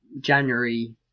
January